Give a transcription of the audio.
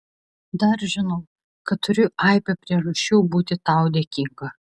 dar žinau kad turiu aibę priežasčių būti tau dėkinga